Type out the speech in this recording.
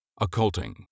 Occulting